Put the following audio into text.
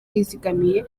yizigamiye